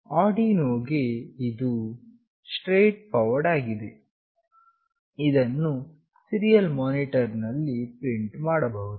Arduino ಗೆ ಇದು straightforward ಆಗಿದೆ ಇದನ್ನು ಸೀರಿಯಲ್ ಮಾನಿಟರ್ ನಲ್ಲಿ ಪ್ರಿಂಟ್ ಮಾಡಬಹುದು